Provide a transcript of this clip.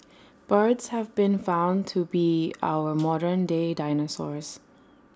birds have been found to be our modern day dinosaurs